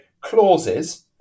clauses